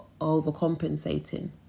overcompensating